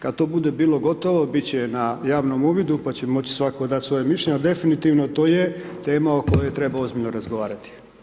Kad to bude bilo gotovo, bit će na javnom uvidu pa ćemo moći svatko dat svoje mišljenje ali definitivno to je tema o kojoj treba ozbiljno razgovarati.